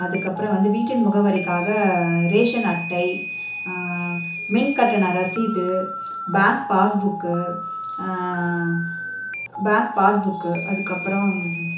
அதுக்கப்புறம் வந்து வீட்டின் முகவரிக்காக ரேஷன் அட்டை மின் கட்டண ரசிது bank passbook bank passbook அதுக்கப்புறம்